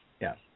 Yes